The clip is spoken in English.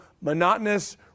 monotonous